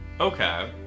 okay